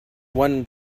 one